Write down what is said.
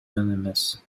эмес